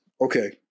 Okay